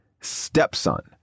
stepson